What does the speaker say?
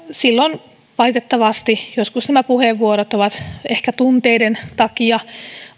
silloin valitettavasti joskus nämä puheenvuorot ovat ehkä tunteiden takia